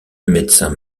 médecin